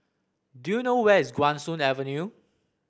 do you know where is Guan Soon Avenue